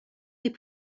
les